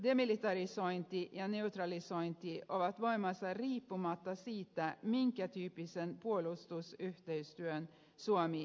demilitarisointi ja neutralisointi ovat voimassa riippumatta siitä minkä tyyppiseen puolustusyhteistyöhön suomi liittyy